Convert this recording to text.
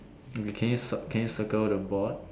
can you swap can you circle the board